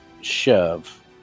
Shove